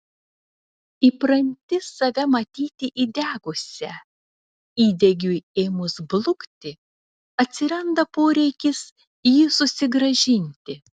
įpranti save matyti įdegusia įdegiui ėmus blukti atsiranda poreikis jį susigrąžinti